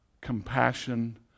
compassion